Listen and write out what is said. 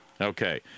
Okay